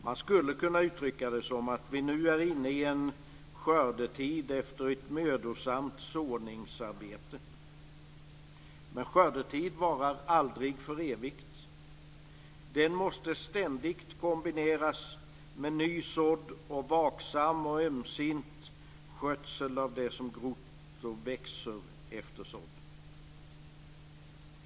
Man skulle kunna uttrycka det som att vi nu är inne i en skördetid efter ett mödosamt såningsarbete. Men skördetid varar aldrig för evigt. Den måste ständigt kombineras med ny sådd samt vaksam och ömsint skötsel av det som grott och växer efter sådden.